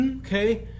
Okay